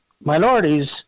minorities